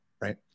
Right